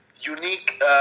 unique